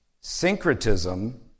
Syncretism